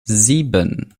sieben